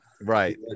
right